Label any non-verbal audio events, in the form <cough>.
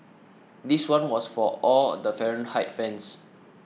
<noise> this one was for all the Fahrenheit fans